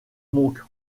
monk